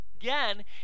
Again